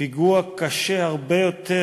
פיגוע קשה הרבה יותר,